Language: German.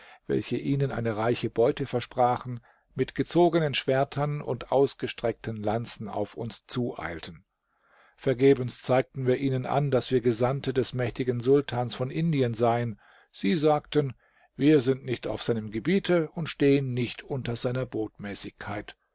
welche ihnen eine reiche beute versprachen mit gezogenen schwertern und ausgestreckten lanzen auf uns zueilten vergebens zeigten wir ihnen an daß wir gesandte des mächtigen sultans von indien seien sie sagten wir sind nicht auf seinem gebiete und stehen nicht unter seiner botmäßigkeit